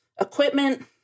equipment